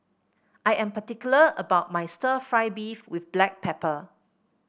I am particular about my stir fry beef with Black Pepper